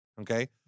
Okay